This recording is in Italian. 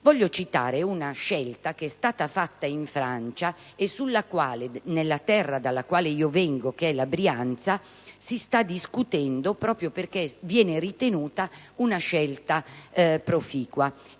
Voglio citare una scelta fatta in Francia e sulla quale nella terra dalla quale provengo (la Brianza) si sta discutendo proprio perché viene ritenuta proficua.